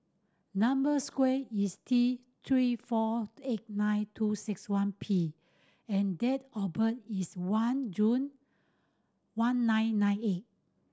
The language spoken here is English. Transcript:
number square is T Three four eight nine two six one P and date of birth is one June one nine nine eight